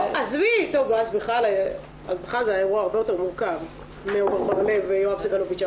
אז בכלל זה היה אירוע הרבה יותר מורכב מעומר בר לב ויואב סגלוביץ',